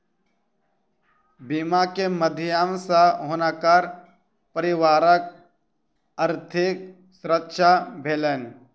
बीमा के माध्यम सॅ हुनकर परिवारक आर्थिक सुरक्षा भेलैन